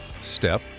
step